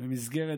במסגרת